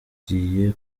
kigiye